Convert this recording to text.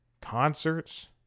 Concerts